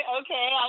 okay